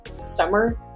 summer